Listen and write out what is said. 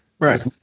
Right